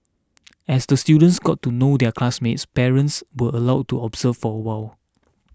as the students got to know their classmates parents were allowed to observe for a while